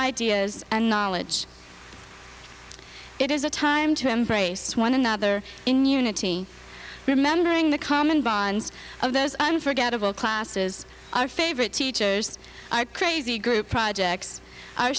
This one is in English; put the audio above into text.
ideas and knowledge it is a time to embrace one another in unity remembering the common bonds of those unforgettable classes our favorite teachers are crazy group projects